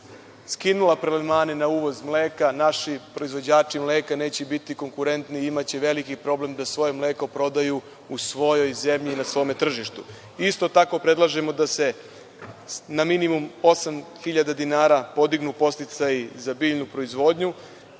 skinula prelevmane na uvoz mleka, naši proizvođači mleka neće biti konkurentni, imaće veliki problem da svoje mleko prodaju u svojoj zemlji i na svom tržištu. Isto tako predlažemo da se na minimum 8.000 dinara podignu podsticaji za biljnu proizvodnju,